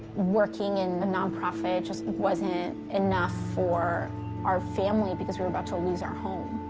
working in a non-profit just wasn't enough for our family, because we were about to lose our home.